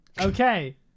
Okay